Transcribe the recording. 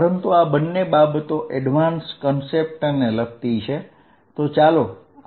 પરંતુ આ બંને બાબતો અધ્યતન સંકલ્પનાઓ ને લગતી છે તો ચાલો આપણે તેના વિશે જોઇએ